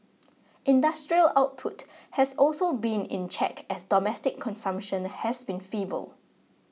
industrial output has also been in check as domestic consumption has been feeble